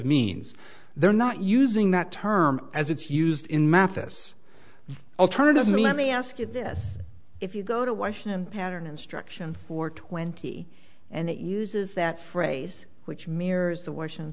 means they're not using that term as it's used in math us alternatively let me ask you this if you go to washington pattern instruction for twenty and it uses that phrase which mirrors the washington